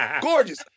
gorgeous